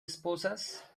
esposas